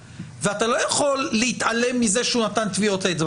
ואתה לא יכול להתעלם מזה שהוא נתן טביעות אצבע,